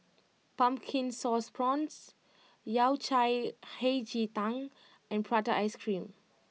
Pumpkin Sauce Prawns Yao Cai Hei Ji Tang and Prata Ice Cream